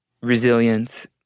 resilience